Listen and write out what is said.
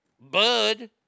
Bud